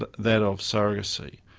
but that of surrogacy.